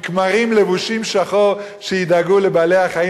עם כמרים לבושים שחור שידאגו לבעלי-החיים.